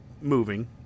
moving